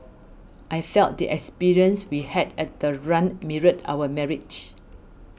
I felt the experience we had at the run mirrored our marriage